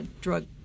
drug